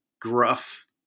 gruff